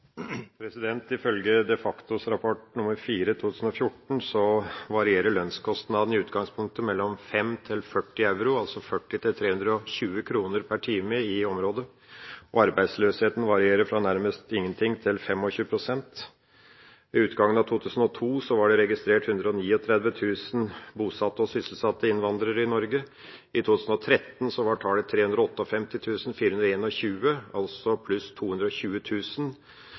Ifølge De Factos rapport nr. 4/2014 varierer i utgangspunktet lønnskostnadene i EØS-området mellom 5 euro og 40 euro, altså mellom 40 kr og 320 kr per time, og arbeidsløsheten varierer fra nærmest ingenting til 25 pst. Ved utgangen av 2002 var det registrert 139 007 bosatte og sysselsatte innvandrere i Norge. I 2013 var tallet 358 421, altså pluss 220 000 og